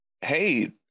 Hey